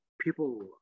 people